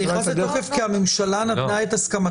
זה נכנס לתוקף, כי הממשלה נתנה את הסכמתה.